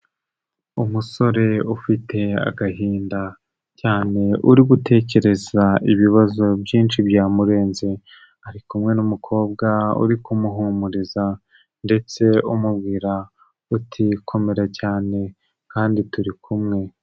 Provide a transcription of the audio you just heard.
Umusore ufite agahinda cyane, uri gutekereza ibibazo byinshi byamurenze. Ari kumwe n'umukobwa uri kumuhumuriza, ndetse umubwira uti komera cyane kandi turi kumwe.